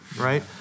right